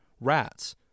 RATS